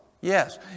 yes